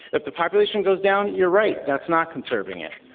if the population goes down, you're right. that's not conserving it.